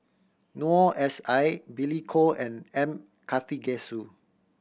Noor S I Billy Koh and M Karthigesu